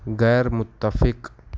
غیر متفق